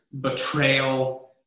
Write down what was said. betrayal